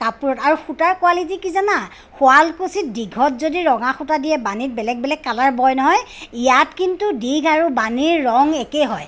কাপোৰত আৰু সূতাৰ কোৱালিটী কি জানা শুৱালকুছিত দীঘত যদি ৰঙা সূতা দিয়ে বাণীত বেলেগ বেলেগ কালাৰ বয় নহয় ইয়াত কিন্তু দীঘ আৰু বাণীৰ ৰং একেই হয়